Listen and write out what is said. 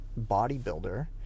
bodybuilder